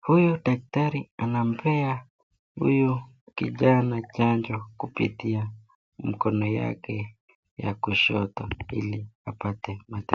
huyu daktari anampea huyu kijana chanjo kupitia mkono yake ya kushoto hili apate matibabu.